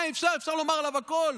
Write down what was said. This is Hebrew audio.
אפשר לומר עליו הכול,